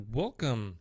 welcome